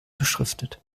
beschriftet